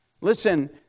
Listen